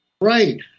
Right